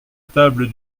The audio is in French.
table